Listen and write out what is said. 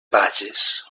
bages